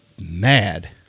mad